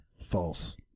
False